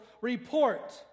report